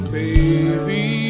baby